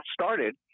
started